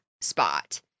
spot